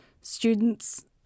students